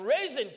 raising